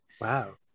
Wow